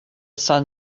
sun